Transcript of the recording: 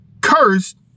Cursed